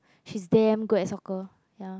she's damn good at soccer ya